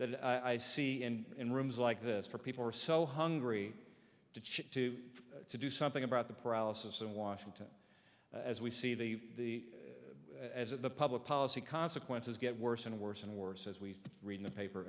that i see in in rooms like this for people are so hungry to choose to do something about the paralysis in washington as we see the as the public policy consequences get worse and worse and worse as we read the paper